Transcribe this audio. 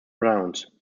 browns